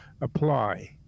apply